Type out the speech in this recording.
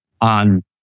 on